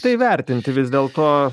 tai vertinti vis dėl to